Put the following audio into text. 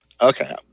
Okay